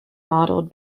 modeled